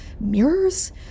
mirrors